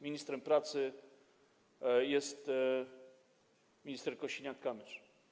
Ministrem pracy jest minister Kosiniak-Kamysz.